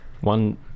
one